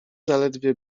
zaledwie